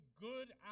good